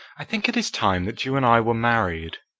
i think it is time that you and i were married.